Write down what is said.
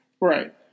Right